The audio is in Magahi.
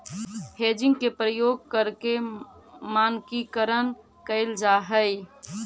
हेजिंग के प्रयोग करके मानकीकरण कैल जा हई